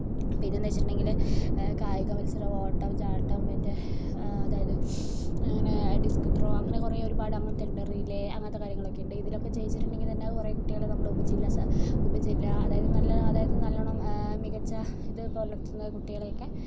പിന്നെ എന്താന്ന് വെച്ചിട്ടുണ്ടെങ്കില് കായിക മത്സരം ഓട്ടം ചാട്ടം മറ്റേ അതായത് ഡിസ്ക് ത്രോ അങ്ങനെ കുറെ ഒരുപാട് അങ്ങനത്തെ ഉണ്ട് റിലേ അങ്ങനത്തെ കാര്യങ്ങളൊക്കെ ഉണ്ട് ഇതിലൊക്കെ ജയിച്ചിട്ടുണ്ടെങ്കിൽ തന്നെ കുറെ കുട്ടികളെ നമ്മള് ഉപജിലാ സ് ഉപജില്ല അതായത് നല്ല അതായത് നല്ലോണം മികച്ച ഇത് പുലർത്തുന്ന കുട്ടികളെ ഒക്കെ